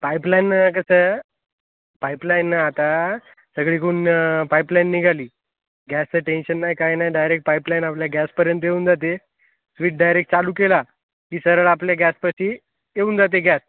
पाईपलाईनं कसं पाईपलाईन आता सगळीकडून पाईपलाईन निघाली गॅसचं टेन्शन नाही काय नाही डायरेक्ट पाईपलाईन आपल्या गॅसपर्यंत येऊन जाते स्वीच डायरेक्ट चालू केला की सरळ आपल्या गॅसपाशी येऊन जाते गॅस